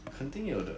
肯定有的